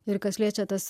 ir kas liečia tas